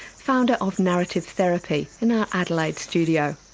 founder of narrative therapy, in our adelaide studio.